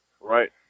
Right